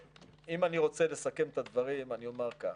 אם אני רוצה לסכם את הדברים אני אומר כך: